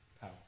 power